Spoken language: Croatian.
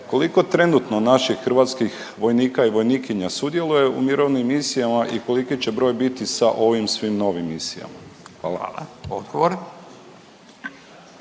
koliko trenutno naših hrvatskih vojnika i vojnikinja sudjeluje u mirovnim misijama i koliko će broj biti sa ovim svim novim misijama? Hvala.